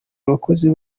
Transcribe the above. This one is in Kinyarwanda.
abakozi